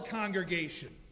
congregation